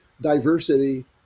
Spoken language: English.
diversity